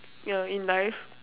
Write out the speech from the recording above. you know in life